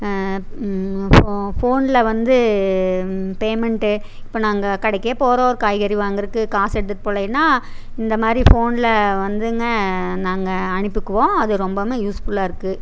ஃபோனில் வந்து பேமண்ட்டு இப்போ நாங்கள் கடைக்கே போகறோம் ஒரு காய்கறி வாங்குறக்கு காசு எடுத்துகிட்டு போகலையினா இந்தமாதிரி ஃபோனில் வந்துங்க நாங்கள் அனுப்பிக்குவோம் அது ரொம்பவுமே யூஸ்ஃபுல்லாகருக்கு